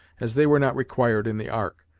as they were not required in the ark,